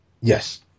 Yes